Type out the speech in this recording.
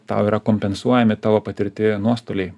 tau yra kompensuojami tavo patirti nuostoliai